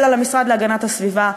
אלא למשרד להגנת הסביבה.